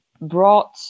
brought